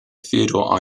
theodor